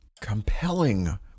Compelling